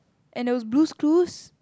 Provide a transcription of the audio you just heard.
and there was Blue's-Clues